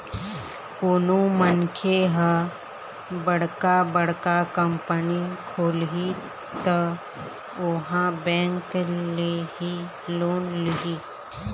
कोनो मनखे ह बड़का बड़का कंपनी खोलही त ओहा बेंक ले ही लोन लिही